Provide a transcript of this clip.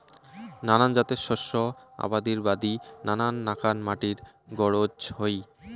নানান জাতের শস্য আবাদির বাদি নানান নাকান মাটির গরোজ হই